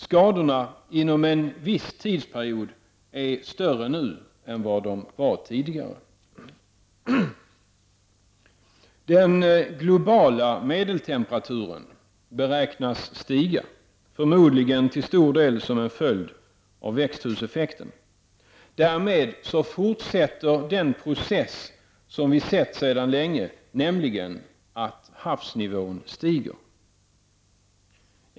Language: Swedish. Skadorna inom en viss tidsperiod är större nu än de var tidigare. — Den globala medeltemperaturen beräknas stiga, förmodligen till stor del som en följd av växthuseffekten. Därmed fortsätter den process som vi sett sedan länge, nämligen att havsnivån stiger.